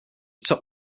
atop